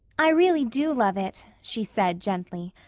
i really do love it, she said gently.